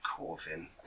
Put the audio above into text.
corvin